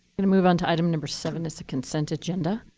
going to move on to item number seven, it's the consent agenda.